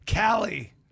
Callie